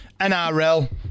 NRL